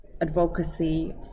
advocacy